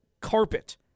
carpet